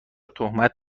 تهمت